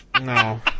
No